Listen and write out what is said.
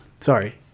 sorry